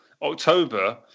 October